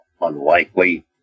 unlikely